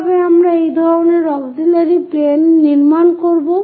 কিভাবে আমরা এই ধরনের অক্সিলিয়ারি প্লেন নির্মাণ করব